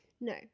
No